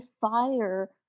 fire